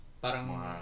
parang